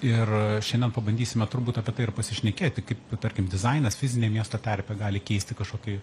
ir šiandien pabandysime turbūt apie tai ir pasišnekėti kaip tarkim dizainas fizinė miesto terpė gali keisti kažkokį